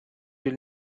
will